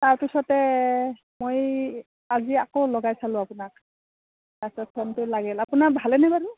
তাৰপিছতে মই আজি আকৌ লগাই চালোঁ আপোনাক তাৰপিছত ফোনটো লাগিল আপোনাৰ ভালেনে বাৰু